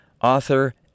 author